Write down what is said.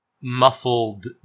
muffled